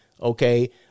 Okay